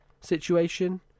situation